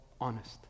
honest